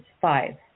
five